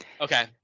okay